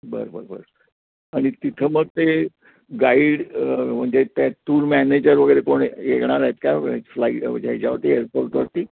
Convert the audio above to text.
बरं बरं बरं आणि तिथं मग ते गाईड म्हणजे त्या टूर मॅनेजर वगैरे कोण येणार आहेत का फ्लाईट घ्यायच्यावरती एअरपोर्टवरती